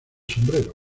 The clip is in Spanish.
sombrero